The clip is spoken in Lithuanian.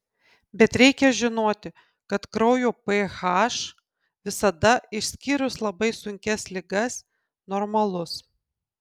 bet reikia žinoti kad kraujo ph visada išskyrus labai sunkias ligas normalus